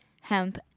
hemp